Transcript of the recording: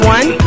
One